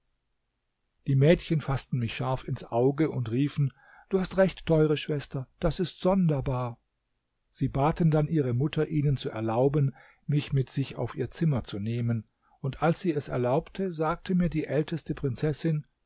die mädchen faßten mich scharf ins auge und riefen du hast recht teure schwester das ist sonderbar sie baten dann ihre mutter ihnen zu erlauben mich mit sich auf ihr zimmer zu nehmen und als sie es erlaubte sagte mir die älteste prinzessin